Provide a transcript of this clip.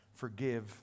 Forgive